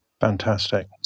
Fantastic